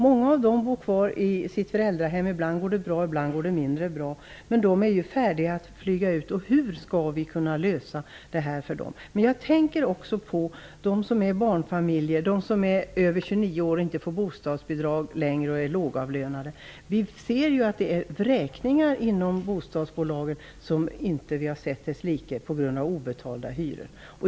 Många bor kvar i sina föräldrahem; ibland går det bra, ibland mindre bra. De är ju färdiga att flyga ut. Hur skall vi kunna lösa detta? Men jag tänker också på barnfamiljer och på dem som är över 29 år, vilka inte längre får bostadsbidrag och som är lågavlönade. Vi ser ju en omfattning av vräkningar inom Bostadsbolagen, som vi inte har sett dess like till, på grund av obetalda hyror.